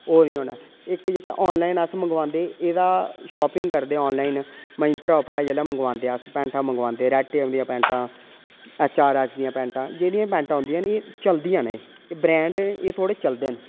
ते ओह् निं होना इक जेह्के आनलाइन अस मंगवांदे जां शापिंग आनलाइन मंत्रा उप्परां जेल्लै मंगवांदे अस पैंटा मंगवांदे पैंटा ऐच आर ऐफ दियां पैंटा पैंटा औदियां इ'यां ब्रैंड थोह्ड़े चलदे न